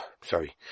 Sorry